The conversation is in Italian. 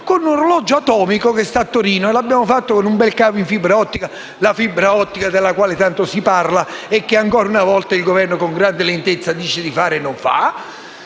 con un orologio atomico che sta a Torino, e l'abbiamo fatto con un bel cavo in fibra ottica; quella fibra ottica della quale tanto si parla e che ancora una volta il Governo con grande lentezza dice di fare, ma non fa.